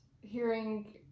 hearing